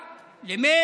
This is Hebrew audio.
תקשיב,